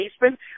basement